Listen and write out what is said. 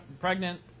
pregnant